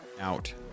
out